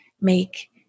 make